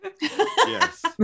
yes